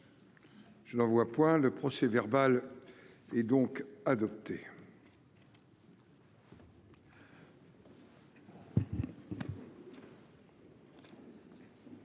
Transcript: Je n'en vois point le procès verbal et donc adopté.